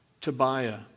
Tobiah